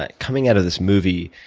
like coming out of this movie,